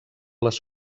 les